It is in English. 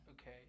Okay